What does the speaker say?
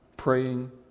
Praying